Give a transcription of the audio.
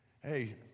hey